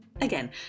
Again